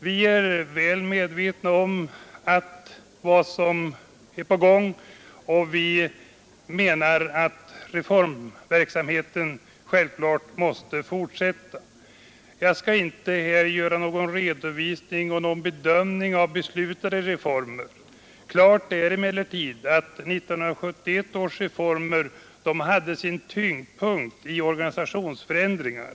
Vi är väl medvetna om vad som är på gång, men vi menar att reformverksamheten självfallet måste fortsätta. Jag skall inte lämna någon redovisning eller göra någon bedömning av beslutade reformer. Klart är emellertid att 1971 års reformer hade sin tyngdpunkt i organisationsförändringar.